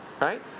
right